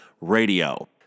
Radio